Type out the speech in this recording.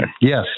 Yes